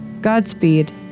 Godspeed